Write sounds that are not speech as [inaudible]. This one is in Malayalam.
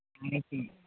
[unintelligible]